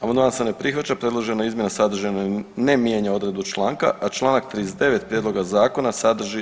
Amandman se ne prihvaća, predložene izmjene sadržajno ne mijenja odredbu članka, a čl. 39. prijedloga zakona sadrži